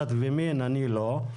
דת ומין אני לא,